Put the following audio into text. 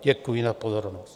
Děkuji za pozornost.